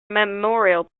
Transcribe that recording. memorial